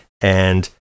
and-